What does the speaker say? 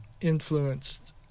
influenced